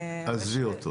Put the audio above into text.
עזבי אותו.